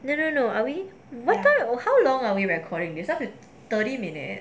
no no no are we what time you oh how long are we recording yourself in thirty minutes